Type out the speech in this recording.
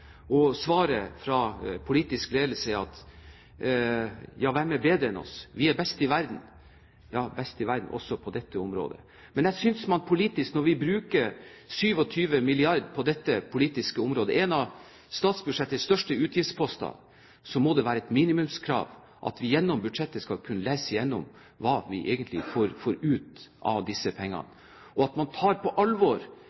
Svaret fra politisk ledelse er at ja, hvem er bedre enn oss? Vi er best i verden, ja best i verden også på dette området. Men jeg synes det politisk, når vi bruker 27 mrd. kr på dette politiske området, en av statsbudsjettets største utgiftsposter, må være et minimumskrav at vi av budsjettet skal kunne lese hva vi egentlig får ut av disse